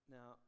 Now